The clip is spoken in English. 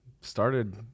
Started